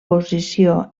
posició